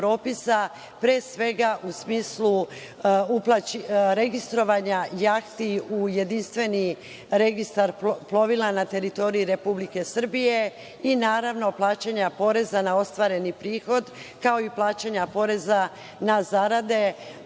pre svega u smislu registrovanja jahti u jedinstveni registar plovila na teritoriji Republike Srbije i naravno plaćanja poreza na ostvareni prihod, kao i plaćanja poreza na zarade